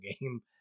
game